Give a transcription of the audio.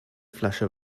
flasche